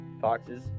foxes